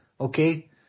okay